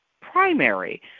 primary